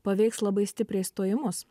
paveiks labai stipriai stojimus